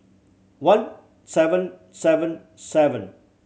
one seven seven seven